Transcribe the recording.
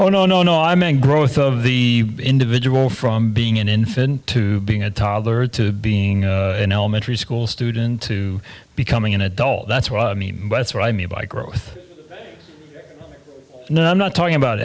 oh no no no i'm a growth of the individual from being an infant to being a toddler to being an elementary school student to becoming an adult that's what i mean that's what i mean by growth none not talking about